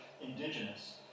indigenous